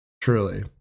Truly